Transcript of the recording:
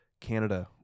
Canada